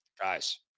Guys